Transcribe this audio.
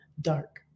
dark